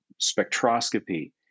spectroscopy